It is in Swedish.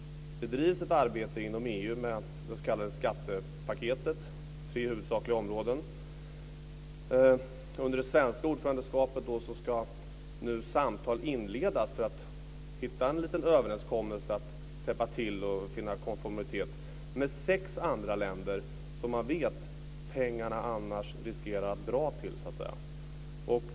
Det drivs ett arbete inom EU med det s.k. skattepaket på tre huvudsakliga områden. Under den svenska ordförandeperioden ska nu samtal inledas för att hitta en liten överenskommelse om att täppa till och finna konformitet med sex andra länder som man vet att pengarna annars riskerar att dra till.